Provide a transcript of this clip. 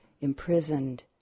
imprisoned